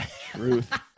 Truth